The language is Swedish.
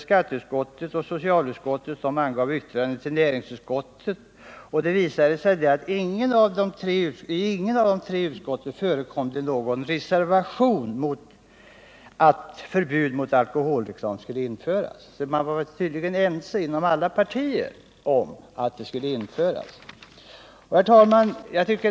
Skatteutskottet och socialutskottet avgav därvid yttranden till näringsutskottet, och det förekom då inte någon reservation mot förslaget att förbud mot alkoholreklam skulle införas. Man var tydligen inom alla partier ense om att sådant förbud skulle införas. Herr talman!